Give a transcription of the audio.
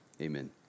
Amen